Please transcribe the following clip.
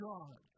God